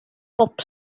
pop